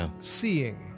seeing